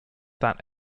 that